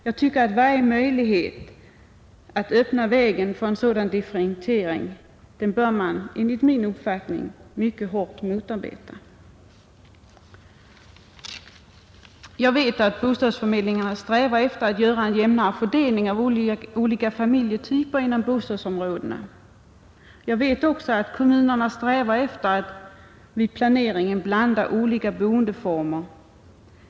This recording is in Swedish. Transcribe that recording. Jag tycker att man mycket starkt bör motarbeta varje möjlighet att öppna vägen för en sådan differentiering. Jag vet att bostadsförmedlingarna strävar efter att göra en jämnare fördelning av olika familjetyper inom bostadsområdena, och jag vet också att kommunerna strävar efter att vid planeringen blanda olika boendeformer.